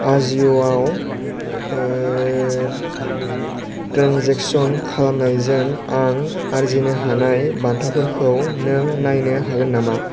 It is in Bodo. आजिय'आव ट्रेन्जेकसन खालामनायजों आं आर्जिनो हानाय बान्थाफोरखौ नों नायनो हागोन नामा